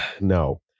No